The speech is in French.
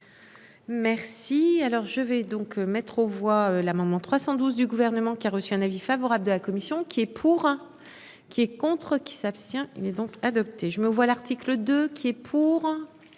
Merci. Alors je vais donc mettre aux voix l'amendement 312 du gouvernement qui a reçu un avis favorable de la commission qui est pour. Qui est contre qui s'abstient. Il est donc adopté, je me vois l'article 2 qui est pour.